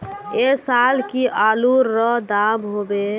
ऐ साल की आलूर र दाम होबे?